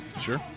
Sure